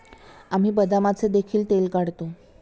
आम्ही बदामाचे देखील तेल काढतो